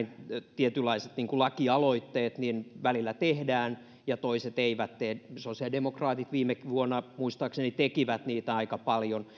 tietynlaiset lakialoitteet niin välillä tehdään ja toiset eivät tee sosiaalidemokraatit viime vuonna muistaakseni tekivät niitä aika paljon